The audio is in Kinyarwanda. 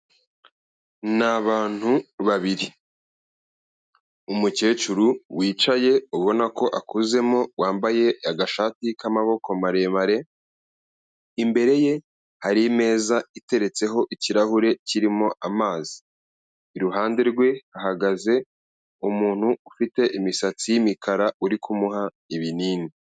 Ni abantu babiri, umukecuru wicaye ubona ko akuzemo wambaye agashati k'amaboko maremare, imbere ye hari imeza iteretseho ikirahure kirimo amazi. Iruhande rwe hahagaze umuntu ufite imisatsi y'imikara uri kumuha ibinini.